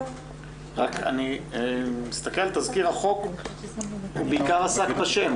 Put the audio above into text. אני מסתכל על תזכיר החוק, הוא בעיקר עסק בשם.